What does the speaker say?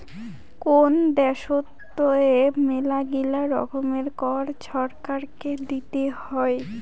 কোন দ্যাশোতে মেলাগিলা রকমের কর ছরকারকে দিতে হই